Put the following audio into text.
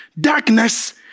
Darkness